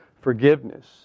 forgiveness